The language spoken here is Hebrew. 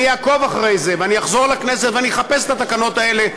אני אעקוב אחרי זה ואני אחזור לכנסת ואני אחפש את התקנות האלה,